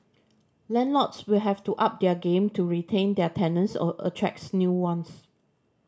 landlords will have to up their game to retain their tenants or attract new ones